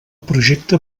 projecte